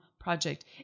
project